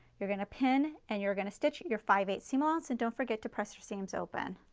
you're going to pin and you're going to stitch you're five eighths seam allowance, and don't forget to press you're seams open.